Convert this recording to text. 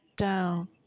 Down